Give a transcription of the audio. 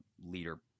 leader